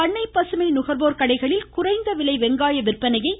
பண்ணை பசுமை நுகர்வோர் கடைகளில் குறைந்தவிலை வெங்காய விற்பனையை திரு